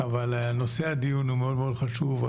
אבל נושא הדיון הוא מאוד חשוב.